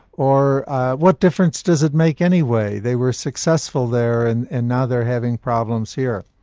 or what difference does it make anyway, they were successful there and and now they're having problems here.